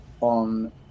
on